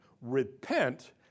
Repent